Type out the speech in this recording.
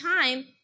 time